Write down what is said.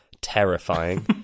terrifying